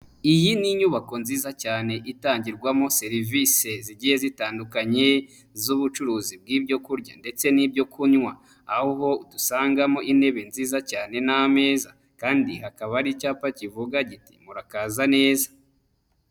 Iyi ni inyubako nziza cyane itangirwamo serivise zigiye zitandukanye z'ubucuruzi bw'ibyo kurya ndetse n'ibyo kunywa, aho dusangamo intebe nziza cyane n'ameza kandi hakaba hari icyapa kivuga kiti murakaza neza.